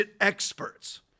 experts